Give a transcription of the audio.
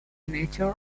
nature